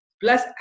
plus